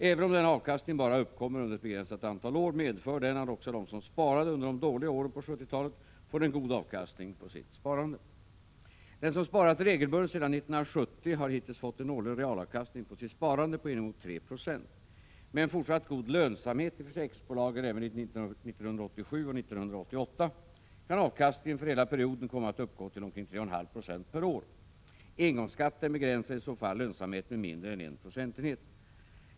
Även om denna höga avkastning bara uppkommer under ett begränsat antal år medför den att också de som sparade under de dåliga åren på 1970-talet får en god avkastning på sitt försäkringssparande. Den som sparat regelbundet sedan 1970 har hittills fått en årlig realavkastning på sitt sparande på inemot 3 26. Med en fortsatt god lönsamhet i försäkringsbolagen även 1987 och 1988 kan avkastningen för hela perioden komma att uppgå till omkring 3,5 Jo per år. Engångsskatten begränsar i så fall lönsamheten med mindre än 1 procentenhet.